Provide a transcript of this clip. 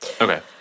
Okay